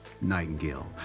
Nightingale